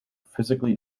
physically